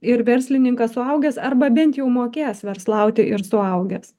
ir verslininkas suaugęs arba bent jau mokės verslauti ir suaugęs